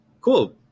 cool